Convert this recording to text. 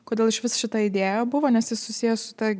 kodėl išvis šita idėja buvo nes jis susijęs su ta